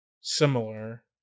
similar